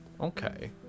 Okay